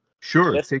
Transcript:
Sure